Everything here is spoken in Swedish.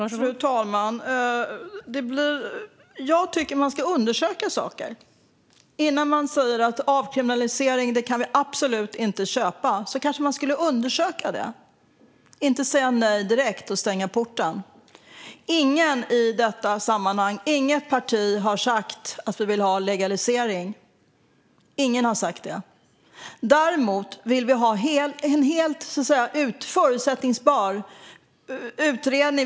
Fru talman! Jag tycker att man ska undersöka saker. Innan man säger att man absolut inte kan köpa en avkriminalisering ska man kanske undersöka det, inte säga nej direkt och stänga porten. Inget parti har i detta sammanhang sagt att vi vill ha en legalisering. Däremot vill vi ha en helt förutsättningslös utredning.